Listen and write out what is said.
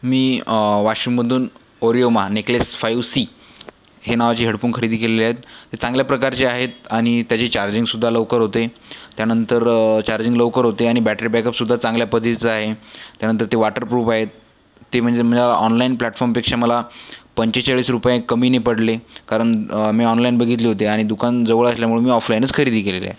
मी वाशिममधून Oraimo Necklace Five C हे नावाचे हेडफोन खरेदी केलेले आहेत ते चांगल्याप्रकारचे आहेत आणि त्याची चार्जिंगसुद्धा लवकर होते त्यानंतर चार्जिंग लवकर होते आणि बॅटरी बॅकअपसुद्धा चांगल्यापद्धतीचा आहे त्यानंतर ते वाटरप्रूफ आहेत ते म्हणजे ऑनलाईन प्लॅटफॉर्मपेक्षा मला पंचेचाळीस रुपये कमी ने पडले कारण मी ऑनलाईन बघितले होते आणि दुकान जवळ असल्यामुळं मी ऑफलाईनच खरेदी केलेले आहे